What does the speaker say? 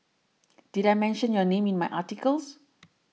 did I mention your name in my articles